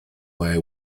way